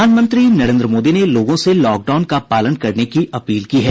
प्रधानमंत्री नरेन्द्र मोदी ने लोगों से लॉकडाउन का पालन करने की अपील की है